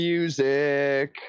Music